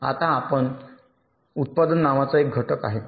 आता उत्पादन नावाचा एक घटक आहे